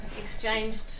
exchanged